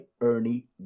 Ernie